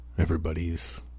Everybody's